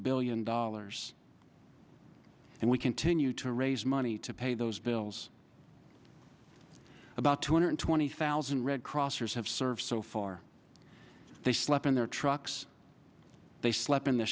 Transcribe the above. billion dollars and we continue to raise money to pay those bills about two hundred twenty thousand red crossers have served so far they slept in their trucks they slept in